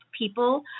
people